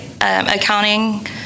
accounting